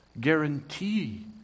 guarantee